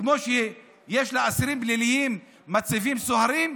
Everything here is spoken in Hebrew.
כמו שיש לאסירים פליליים, שמציבים סוהרים?